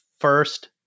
first